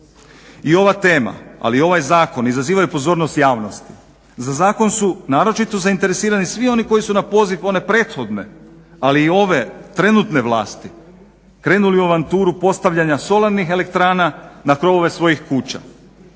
I ova tema ali ovaj zakon izazivaju pozornost javnosti. Za zakon su naročito zainteresirani svi oni koji su na poziv one prethodne ali i ove trenutne vlasti krenuli u avanturu postavljanja solarnih elektrana na krovove svojih kuća